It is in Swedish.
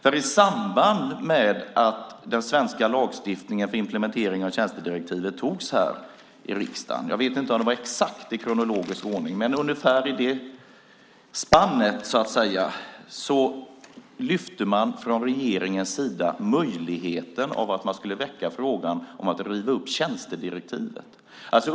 I samband med att den svenska lagstiftningen för implementeringen av tjänstedirektivet antogs i riksdagen - jag vet inte om det var exakt i kronologisk ordning, men ungefär i det spannet - lyfte man från regeringens sida fram möjligheten att väcka frågan att riva upp tjänstedirektivet.